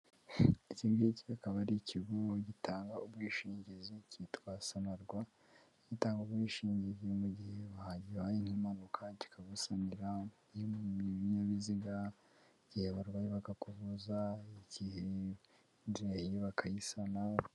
Iki ngiki akaba ari ikigo gitanga ubwishingizi cyitwa Sonarwa, gitanga ubwishingizi mu gihe habaye nk'impanuka kikagusonera yewe n'ibiziga, igihe warwayi bakakuvuza, igihe inzu yahiye bakayisana.